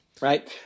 right